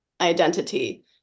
identity